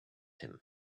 him